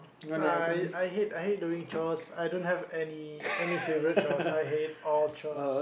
I I hate I hate doing chores I don't have any any favourite chores I hate all chores